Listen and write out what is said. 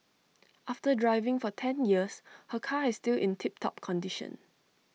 after driving for ten years her car is still in tip top condition